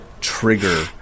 trigger